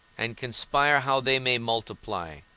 and conspire how they may multiply,